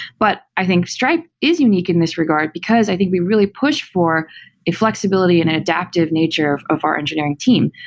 but i think stripe is unique in this regard, because i think we really push for a flexibility and an adaptive nature of our engineering team.